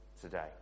today